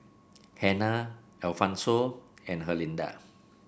Hannah Alphonso and Herlinda